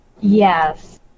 yes